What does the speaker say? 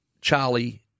Charlie